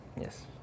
Yes